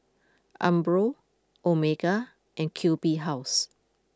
Umbro Omega and Q B House